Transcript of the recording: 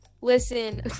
Listen